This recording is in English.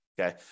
Okay